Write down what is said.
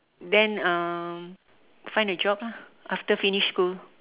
then um find a job lah after finish school